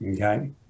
Okay